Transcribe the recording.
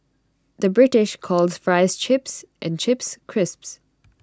the British calls Fries Chips and Chips Crisps